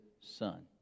son